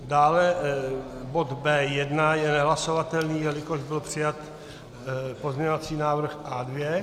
Dále bod B1 je nehlasovatelný, jelikož byl přijat pozměňovací návrh A2.